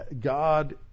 God